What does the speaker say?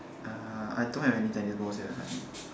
uh I don't have any tennis balls here right